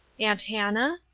aunt hannah?